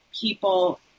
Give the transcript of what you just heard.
people